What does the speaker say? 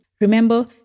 Remember